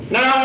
Now